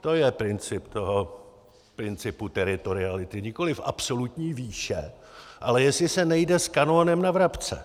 To je princip toho principu teritoriality nikoliv absolutní výše, ale jestli se nejde s kanonem na vrabce.